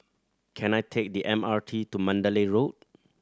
can I take the M R T to Mandalay Road